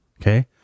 Okay